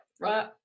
Right